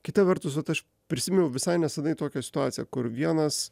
kita vertus vat aš prisiminiau visai nesenai tokią situaciją kur vienas